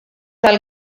tal